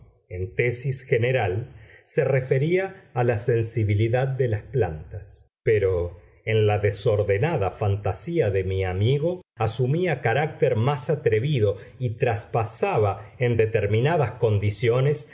en tesis general se refería a la sensibilidad de las plantas pero en la desordenada fantasía de mi amigo asumía carácter más atrevido y traspasaba en determinadas condiciones